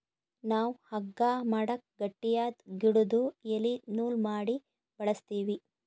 ನಾವ್ ಹಗ್ಗಾ ಮಾಡಕ್ ಗಟ್ಟಿಯಾದ್ ಗಿಡುದು ಎಲಿ ನೂಲ್ ಮಾಡಿ ಬಳಸ್ತೀವಿ